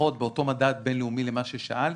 לפחות באותו מדד בין-לאומי ששאלת,